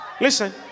listen